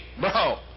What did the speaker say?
Bro